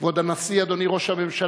כבוד הנשיא, אדוני ראש הממשלה,